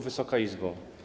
Wysoka Izbo!